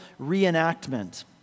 Reenactment